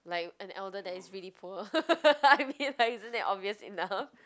like an elder that is really poor I mean like isn't that obvious enough